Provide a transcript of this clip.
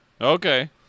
Okay